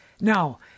Now